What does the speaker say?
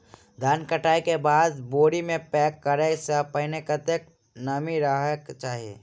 धान कटाई केँ बाद बोरी मे पैक करऽ सँ पहिने कत्ते नमी रहक चाहि?